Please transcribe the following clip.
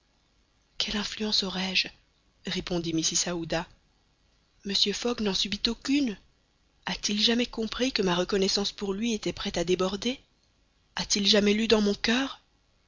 quelle influence aurais-je répondit mrs aouda mr fogg n'en subit aucune a-t-il jamais compris que ma reconnaissance pour lui était prête à déborder a-t-il jamais lu dans mon coeur